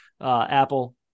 Apple